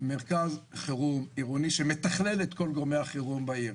מרכז חירום עירוני שמתכלל את כל גורמי החירום בעיר.